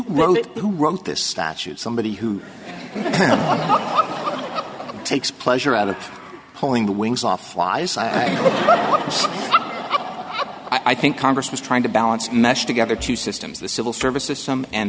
it who wrote this statute somebody who takes pleasure out of pulling the wings off flies but i think congress is trying to balance mash together two systems the civil services some and